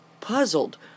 puzzled